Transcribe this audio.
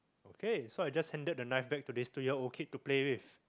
okay so I just handed the knife back to this two year old kid to play with